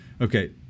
Okay